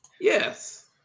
Yes